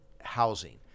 housing